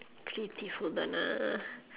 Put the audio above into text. creative hold on ah